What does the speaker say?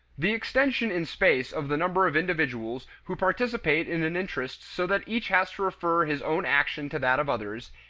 the extension in space of the number of individuals who participate in an interest so that each has to refer his own action to that of others,